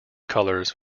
colors